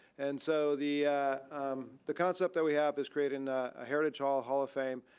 and so the the concept that we have is creating a heritage hall, hall of fame,